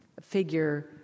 figure